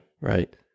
Right